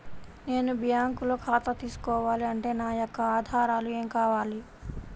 నేను బ్యాంకులో ఖాతా తీసుకోవాలి అంటే నా యొక్క ఆధారాలు ఏమి కావాలి?